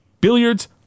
billiards